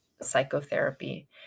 psychotherapy